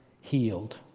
healed